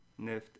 Nift